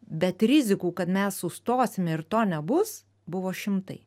bet rizikų kad mes sustosim ir to nebus buvo šimtai